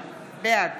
בעד